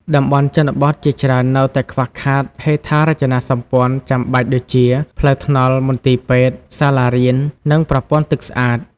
តំបន់ជនបទជាច្រើននៅតែខ្វះខាតហេដ្ឋារចនាសម្ព័ន្ធចាំបាច់ដូចជា ផ្លូវថ្នល់ មន្ទីរពេទ្យ សាលារៀន និងប្រព័ន្ធទឹកស្អាត។